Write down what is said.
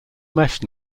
mesh